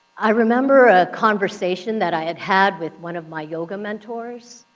i remember a conversation that i had had with one of my yoga mentors.